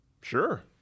Sure